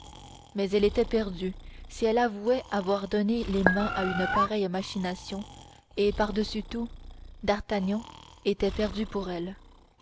mais elle était perdue si elle avouait avoir donné les mains à une pareille machination et pardessus tout d'artagnan était perdu pour elle